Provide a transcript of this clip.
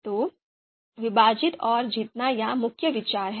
तो विभाजित और जीतना यहां मुख्य विचार है